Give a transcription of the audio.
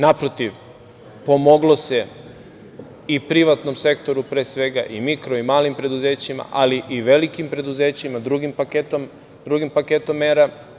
Naprotiv, pomoglo se i privatnom sektoru pre svega i mikro i malim preduzećima, ali i velikim preduzećima drugim paketom mera.